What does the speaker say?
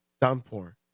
Downpour